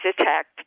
attacked